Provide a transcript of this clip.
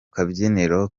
kabyiniro